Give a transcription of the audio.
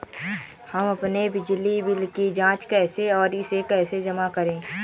हम अपने बिजली बिल की जाँच कैसे और इसे कैसे जमा करें?